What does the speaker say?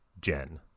Jen